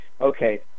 Okay